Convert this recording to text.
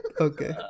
okay